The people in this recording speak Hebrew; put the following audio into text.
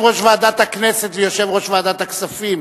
ויושב-ראש ועדת הכספים,